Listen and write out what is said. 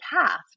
path